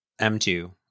m2